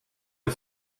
les